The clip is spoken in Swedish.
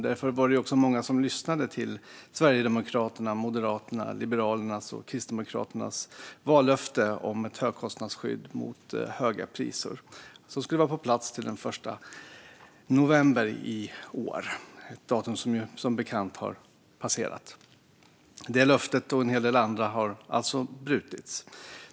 Därför var det många som lyssnade på Sverigedemokraternas, Moderaternas, Liberalernas och Kristdemokraternas vallöfte om ett högkostnadsskydd mot höga energipriser som skulle vara på plats till den 1 november i år, ett datum som bekant har passerats. Detta löfte och en hel del andra har alltså brutits.